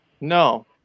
No